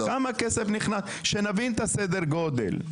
כמה כסף נכנס, שנבין את סדר הגודל.